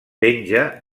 penja